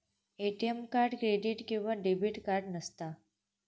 ATM card credit किंवा debit card नसता